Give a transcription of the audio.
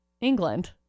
England